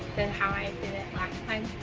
than how i did last time